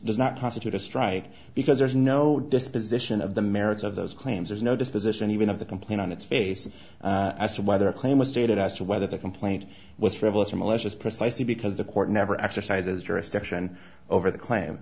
does not constitute a strike because there is no disposition of the merits of those claims there's no disposition even of the complaint on its face as to whether a claim was stated as to whether the complaint was frivolous or malicious precisely because the court never exercises jurisdiction over the claim